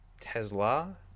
Tesla